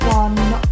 one